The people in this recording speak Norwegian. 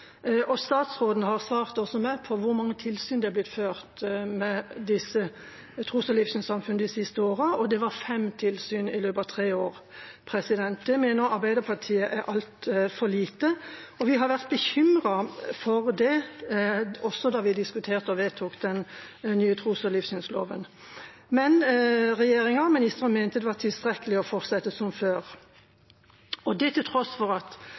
og det var fem tilsyn i løpet av tre år. Det mener Arbeiderpartiet er altfor lite. Vi var bekymret for det også da vi diskuterte og vedtok den nye tros- og livssynsloven, men regjeringa og ministeren mente det var tilstrekkelig å fortsette som før. Det er til tross for at